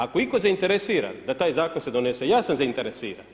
Ako je itko zainteresiran da taj zakon se donese ja sam zainteresiran.